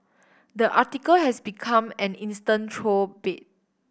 the article has become an instant troll bait